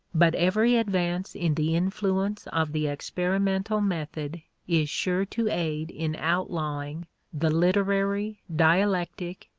but every advance in the influence of the experimental method is sure to aid in outlawing the literary, dialectic,